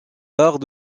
arts